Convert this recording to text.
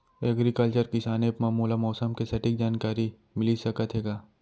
Agriculture Kisan app मा मोला मौसम के सटीक जानकारी मिलिस सकत हे का?